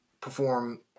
perform